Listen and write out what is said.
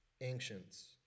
ancients